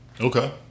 Okay